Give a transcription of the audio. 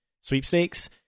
sweepstakes